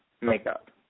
makeup